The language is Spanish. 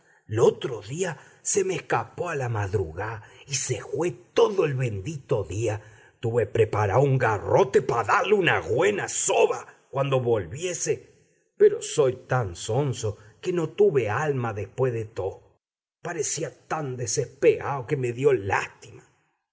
cosas l'otro día se m'escapó a la madrugá y se jué todo el bendito día tuve preparao un garrote pá dale una güena soba cuando volviese pero soy tan zonzo que no tuve alma dempués de tó parecía tan despeao que me dió lástima